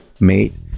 mate